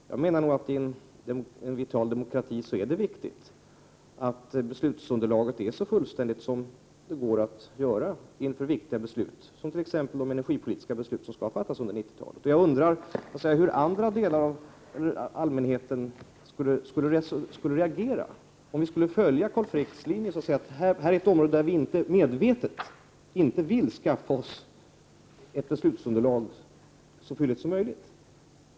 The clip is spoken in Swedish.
Jag menar nog att det i en vital demokrati är viktigt att beslutsunderlaget är så fullständigt som möjligt inför viktiga beslut, som t.ex. de energipolitiska beslut som skall fattas under 1990-talet. Jag undrar hur allmänheten skulle reagera om vi skulle följa Carl Fricks linje och säga att det här är ett område där vi medvetet inte vill skaffa oss ett så fylligt beslutsunderlag som möjligt?